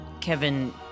Kevin